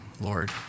Lord